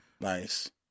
Nice